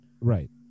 Right